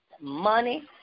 money